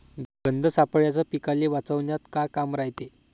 गंध सापळ्याचं पीकाले वाचवन्यात का काम रायते?